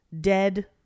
dead